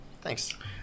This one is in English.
thanks